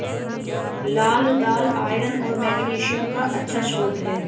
लाल दालआयरन और मैग्नीशियम का अच्छा स्रोत है